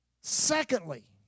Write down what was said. Secondly